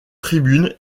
tribune